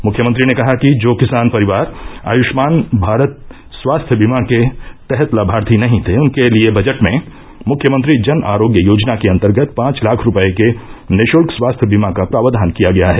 मुख्यमंत्री ने कहा कि जो किसान परिवार आयष्मान भारत स्वास्थ्य बीमा के तहत लामार्थी नहीं थे उनके लिए बजट में मुख्यमंत्री जन आरोग्य योजना के अंतर्गत पांच लाख रुपए के निश्ल्क स्वास्थ्य बीमा का प्रावधान किया गया है